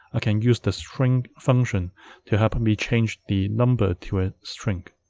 ah can use the string function to help me change the number to a string